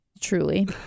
Truly